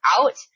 out